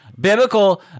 Biblical